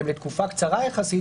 לתקופה קצרה יחסית,